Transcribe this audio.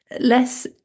less